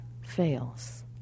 fails